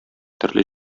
төрле